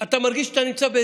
אבל כשאתה נכנס לירוחם,